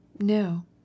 No